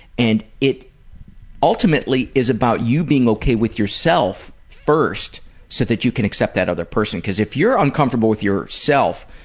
and it ultimately is about you being ok with yourself first so that you can accept that other person. because if you're uncomfortable with yourself,